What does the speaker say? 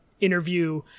interview